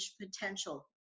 potential